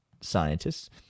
scientists